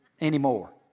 anymore